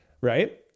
right